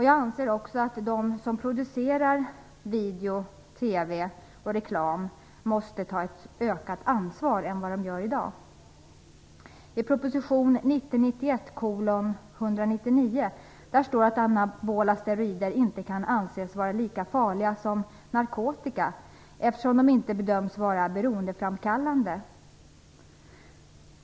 Jag anser också att de som producerar videor, TV-program och reklam måste ta ett större ansvar än de gör i dag. I proposition 1990/91:199 står det att anabola steroider inte kan anses vara lika farliga som narkotika, eftersom de inte bedöms vara beroendeframkallande.